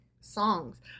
songs